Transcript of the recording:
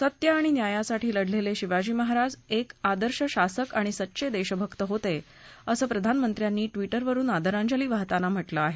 सत्य आणि न्यायासाठी लढलेले शिवाजी महाराज एक आदर्श शासक आणि सच्चे देशभक्त होते असं प्रधानमंत्र्यांनी ट्विटरवरून आदरांजली वाहताना म्हटलं आहे